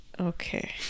okay